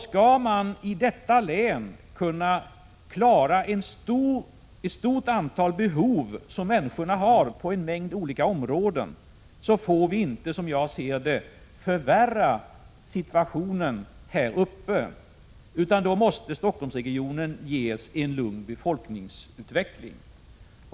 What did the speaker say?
Skall man i detta län kunna klara ett stort antal behov som människor har på en mängd olika områden får vi inte, som jag ser det, förvärra situationen, utan Stockholmsregionen måste ges en lugn befolkningsutveckling.